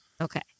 Okay